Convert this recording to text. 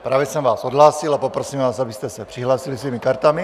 Právě jsem vás odhlásil a poprosím vás, abyste se přihlásili svými kartami.